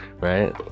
right